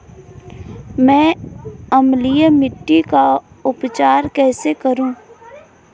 मैं अम्लीय मिट्टी का उपचार कैसे करूं?